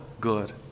good